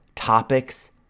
topics